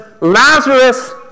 Lazarus